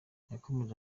yakomeje